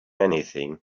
anything